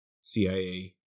CIA